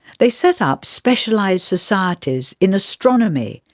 they set up specialised societies in astronomy,